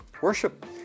Worship